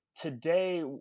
today